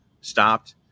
stopped